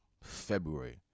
February